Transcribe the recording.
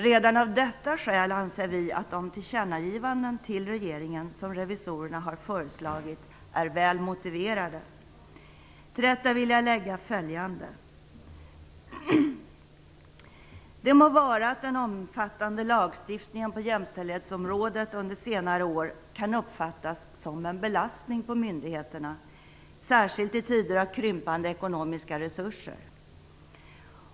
Redan av detta skäl anser vi att de tillkännagivanden till regeringen som revisorerna har föreslagit är väl motiverade. Till detta vill jag lägga följande. Det må vara att den omfattande lagstiftningen på jämställdhetsområdet under senare år kan uppfattas som en belastning för myndigheterna, särskilt i tider av krympande ekonomiska resurser.